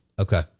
Okay